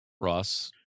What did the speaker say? ross